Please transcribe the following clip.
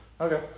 Okay